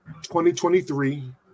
2023